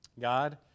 God